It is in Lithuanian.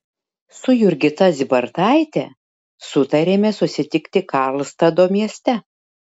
su jurgita zybartaite sutarėme susitikti karlstado mieste